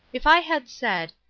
if i had said,